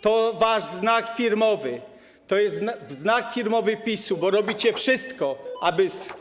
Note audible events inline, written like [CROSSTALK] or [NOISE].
To wasz znak firmowy, to jest znak firmowy PiS-u, [NOISE] bo robicie wszystko, aby z